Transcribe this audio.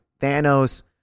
Thanos